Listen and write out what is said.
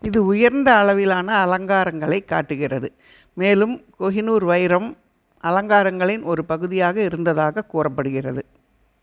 இது உயர்ந்த அளவிலான அலங்காரங்களைக் காட்டுகிறது மேலும் கோஹினூர் வைரம் அலங்காரங்களின் ஒரு பகுதியாக இருந்ததாகக் கூறப்படுகிறது